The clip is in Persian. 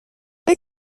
فکر